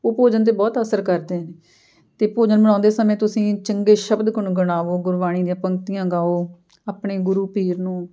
ਉਹ ਭੋਜਨ 'ਤੇ ਬਹੁਤ ਅਸਰ ਕਰਦੇ ਨੇ ਅਤੇ ਭੋਜਨ ਬਣਾਉਂਦੇ ਸਮੇਂ ਤੁਸੀਂ ਚੰਗੇ ਸ਼ਬਦ ਗੁਣ ਗੁਣਾਵੋ ਗੁਰਬਾਣੀ ਦੀਆਂ ਪੰਕਤੀਆਂ ਗਾਓ ਆਪਣੇ ਗੁਰੂ ਪੀਰ ਨੂੰ